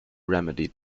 remedy